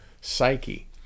psyche